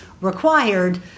required